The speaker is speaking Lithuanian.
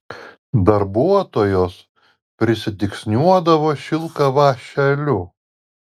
darbuotojos pridygsniuodavo šilką vąšeliu